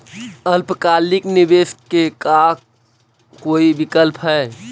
अल्पकालिक निवेश के का कोई विकल्प है?